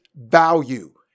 value